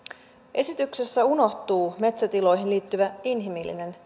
esityksessä unohtuu se metsätiloihin liittyvä inhimillinen